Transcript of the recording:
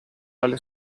dalle